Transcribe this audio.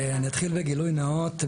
אני אתחיל בגילוי נאות,